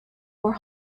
more